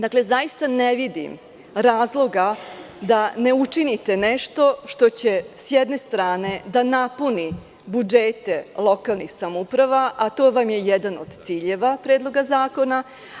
Dakle, zaista ne vidim razloga da ne učinite nešto što će, s jedne strane, da napuni budžete lokalnih samouprava, a to vam je jedan od ciljeva Predloga zakona.